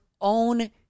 own